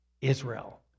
Israel